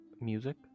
Music